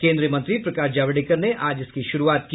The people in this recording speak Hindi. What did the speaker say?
केन्द्रीय मंत्री प्रकाश जावड़ेकर ने आज इसकी शुरूआत की